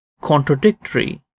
contradictory